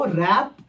rap